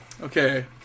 Okay